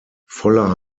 voller